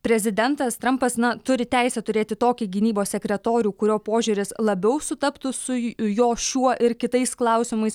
prezidentas trampas na turi teisę turėti tokį gynybos sekretorių kurio požiūris labiau sutaptų su jo šiuo ir kitais klausimais